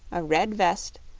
a red vest,